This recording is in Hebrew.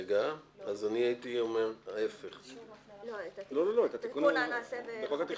גם אני חושבת שהנושא של טווחי הרחקה לא צריך להיכנס לחוק הזה.